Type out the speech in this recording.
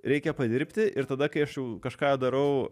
reikia padirbti ir tada kai aš jau kažką darau